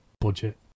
budget